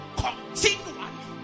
continually